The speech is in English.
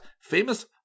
famous